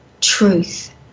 truth